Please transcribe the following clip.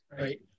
right